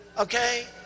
okay